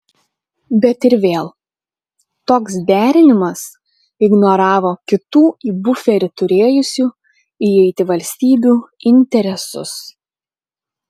bet ir vėl toks derinimas ignoravo kitų į buferį turėjusių įeiti valstybių interesus